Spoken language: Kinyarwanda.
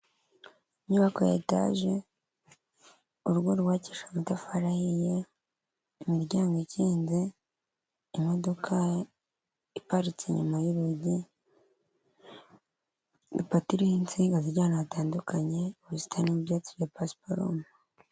Inyubako ya etaje, urugo rwubakishije amatafari ahiye, imiryango ikinze, imodoka iparitse inyuma y'urugi, ipoto iriho insinga zijya ahantu hatandukanye, ubusitani bw'ibyatsi bya pasiparumu.